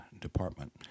Department